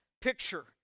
picture